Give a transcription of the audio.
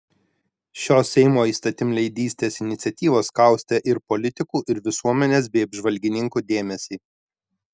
šios seimo įstatymleidystės iniciatyvos kaustė ir politikų ir visuomenės bei apžvalgininkų dėmesį